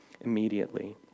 immediately